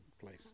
place